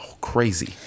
crazy